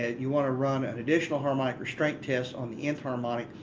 you want to run an additional harmonic restrain test on the nth harmonic.